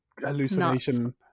hallucination